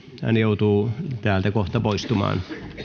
hän joutuu täältä kohta poistumaan